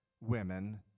women